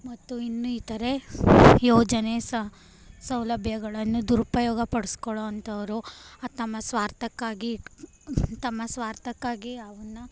ಮತ್ತು ಇನ್ನೂ ಇತರೆ ಯೋಜನೆ ಸಹ ಸೌಲಭ್ಯಗಳನ್ನು ದುರುಪಯೋಗ ಪಡ್ಸ್ಕೊಳ್ಳುವಂಥವರು ತಮ್ಮ ಸ್ವಾರ್ಥಕ್ಕಾಗಿ ತಮ್ಮ ಸ್ವಾರ್ಥಕ್ಕಾಗಿ ಅವನ್ನು